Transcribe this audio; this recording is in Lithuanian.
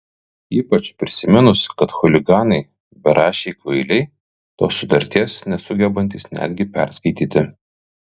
ypač prisiminus kad chuliganai beraščiai kvailiai tos sutarties nesugebantys netgi perskaityti